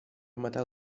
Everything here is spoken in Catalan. matar